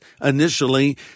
initially